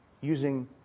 using